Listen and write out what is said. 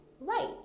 right